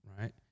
right